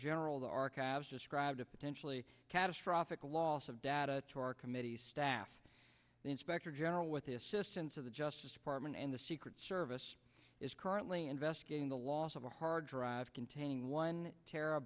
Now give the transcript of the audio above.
general of the archives described a potentially catastrophic loss of data to our committee staff the inspector general with the assistance of the justice department and the secret service is currently investigating the loss of a hard drive containing one tera